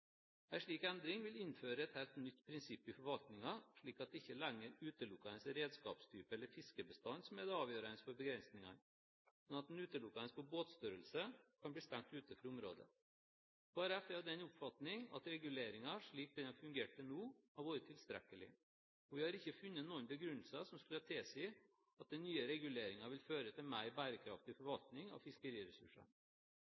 slik endring vil innføre et helt nytt prinsipp i forvaltningen, slik at det ikke lenger utelukkende er redskapstype eller fiskebestand som er det avgjørende for begrensningene, men at en utelukkende ut fra båtstørrelse kan bli stengt ute fra området. Kristelig Folkeparti er av den oppfatning at reguleringen, slik den har fungert til nå, har vært tilstrekkelig, og vi har ikke funnet noen begrunnelser som skulle tilsi at den nye reguleringen vil føre til mer bærekraftig